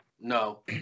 No